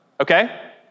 okay